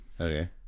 okay